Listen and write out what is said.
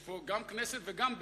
יש פה גם כנסת וגם בית-לורדים,